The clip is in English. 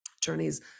journeys